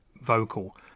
vocal